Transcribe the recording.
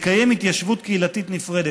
לקיים התיישבות קהילתית נפרדת".